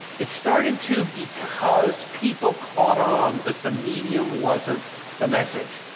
it started to because people caught on that the medium wasn't the message.